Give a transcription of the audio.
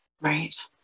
Right